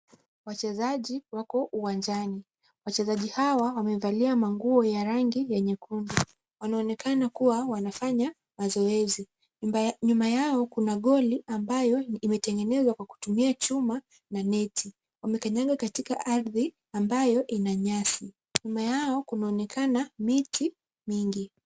Wachezaji wako uwanjani. Wachezaji hawa wamevalia nguo za rangi ya nyekundu. Wanaonekana kuwa wanafanya mazoezi. Nyuma yao kuna goli ambayo imetengenezwa kwa kutumia chuma na neti. Wamekanyanga katika ardhi ambayo ina nyasi. Nyuma yao kunaonekana miti nyingi.